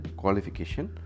qualification